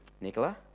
Nicola